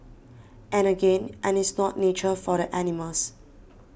and again and it's not nature for the animals